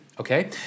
Okay